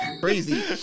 crazy